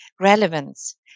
relevance